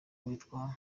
witwa